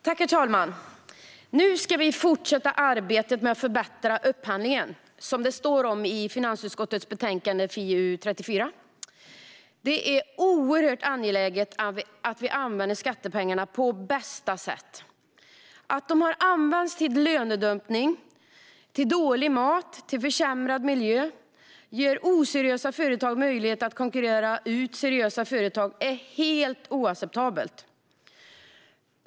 Herr talman! Nu ska vi fortsätta arbetet med att förbättra upphandlingen, som det står om i finansutskottets betänkande FiU34. Det är oerhört angeläget att vi använder skattepengarna på bästa sätt. Att de har använts till lönedumpning, till dålig mat och till försämrad miljö och gett oseriösa företag möjlighet att konkurrera ut seriösa företag är helt oacceptabelt.